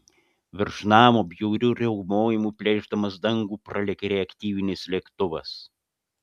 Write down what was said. virš namo bjauriu riaumojimu plėšdamas dangų pralėkė reaktyvinis lėktuvas